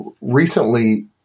recently